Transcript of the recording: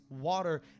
water